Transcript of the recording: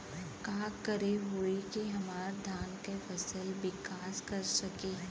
का करे होई की हमार धान के फसल विकास कर सके?